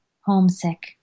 homesick